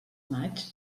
maig